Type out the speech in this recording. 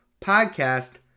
podcast